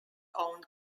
owned